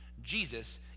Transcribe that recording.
Jesus